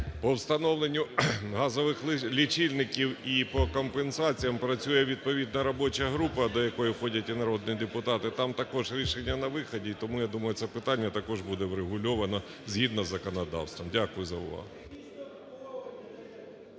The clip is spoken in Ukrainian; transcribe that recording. По встановленню газових лічильників і по компенсаціям працює відповідна робоча група, до якої входять і народні депутати. Там також рішення на виході, і тому, я думаю, це питання також буде врегульовано згідно з законодавством. Дякую за увагу.